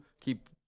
keep